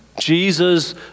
Jesus